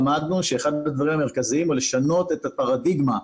למדנו שאחד הדברים המרכזיים הוא לשנות את הפרדיגמה,